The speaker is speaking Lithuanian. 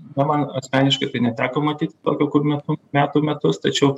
na man asmeniškai tai neteko matyti tokio kur metu metų metus tačiau